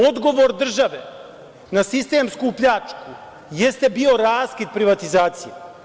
Odgovor države na sistemsku pljačku jeste bio raskid privatizacije.